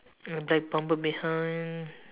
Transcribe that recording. and a black bumper behind